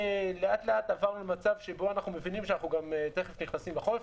לאט-לאט עברנו למצב שבו אנחנו מבינים שתיכף אנחנו נכנסים לחורף,